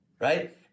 Right